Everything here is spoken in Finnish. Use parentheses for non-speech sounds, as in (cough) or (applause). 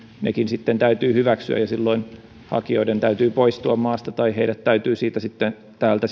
nekin sitten täytyy hyväksyä ja silloin hakijoiden täytyy poistua maasta tai heidät täytyy täältä (unintelligible)